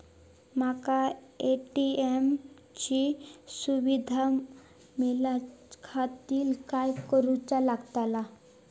माका ए.टी.एम ची सुविधा मेलाच्याखातिर काय करूचा लागतला?